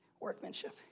workmanship